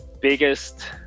biggest